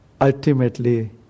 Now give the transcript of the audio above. Ultimately